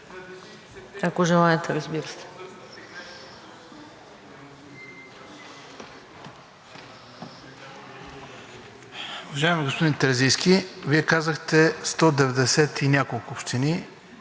ако желаете, разбира се.